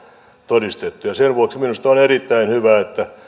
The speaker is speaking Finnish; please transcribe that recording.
todistettu ja sen vuoksi minusta on erittäin hyvä että